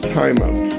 timeout